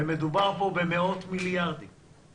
מדובר פה במאות מיליארדי שקלים.